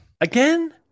again